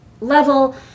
level